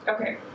Okay